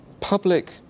public